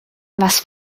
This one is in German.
was